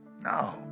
No